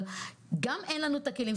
גם אין לנו את הכלים.